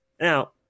now